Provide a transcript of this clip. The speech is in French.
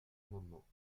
amendement